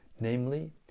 namely